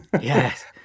yes